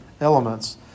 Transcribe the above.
elements